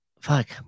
Fuck